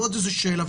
עוד שאלה.